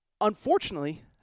Unfortunately